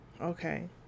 okay